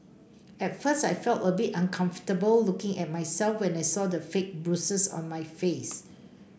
at first I felt a bit uncomfortable looking at myself when I saw the fake bruises on my face